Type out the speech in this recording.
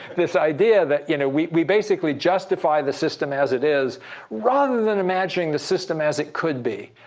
this idea that you know we we basically justify the system as it is rather than imagining the system as it could be.